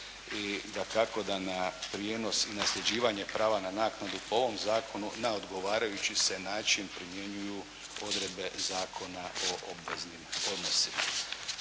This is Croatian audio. i dakako da na prijenos i nasljeđivanje prava na naknadu po ovom zakonu na odgovarajući se način primjenjuju odredbe zakona o obveznim odnosima.